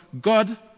God